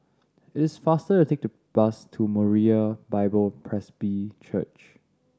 it is faster to take to bus to Moriah Bible Presby Church